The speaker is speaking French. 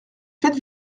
faites